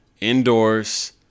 indoors